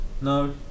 No